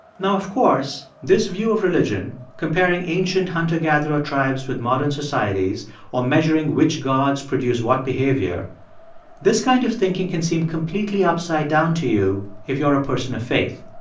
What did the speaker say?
now, of course, this view of religion comparing ancient hunter-gatherer tribes with modern societies or measuring which gods produce what behavior this kind of thinking can seem completely upside down to you if you're a person of faith.